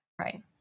Right